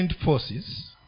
forces